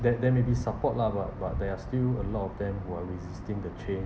that there may be support lah but but there are still a lot of them who are resisting the change